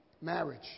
Marriage